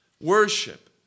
Worship